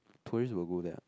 tourist will go there ah